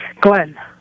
Glenn